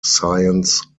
science